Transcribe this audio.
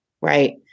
Right